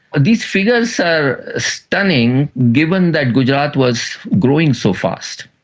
these figures are stunning given that gujarat was growing so fast.